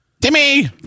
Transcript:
Timmy